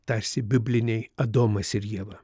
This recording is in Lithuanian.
tarsi bibliniai adomas ir ieva